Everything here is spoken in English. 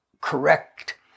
correct